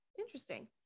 interesting